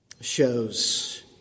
shows